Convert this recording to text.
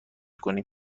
کنیم